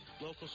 local